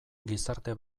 gizarte